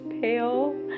pale